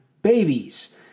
babies